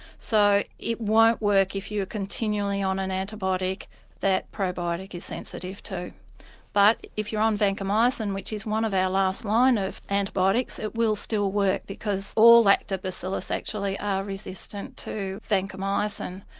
so it won't work if you are continually on an antibiotic that probiotic is sensitive to but if you're on vancomycin, which is one of our last line of antibiotics, it will still work because all lactobacillus actually are resistant to vancomycin,